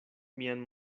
mian